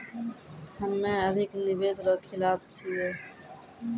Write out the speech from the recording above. हम्मे अधिक निवेश रो खिलाफ छियै